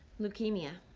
leukemia.